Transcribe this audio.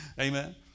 Amen